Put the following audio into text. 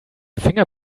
finger